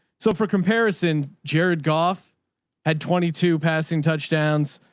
so for comparison, jared goff had twenty two passing touchdowns,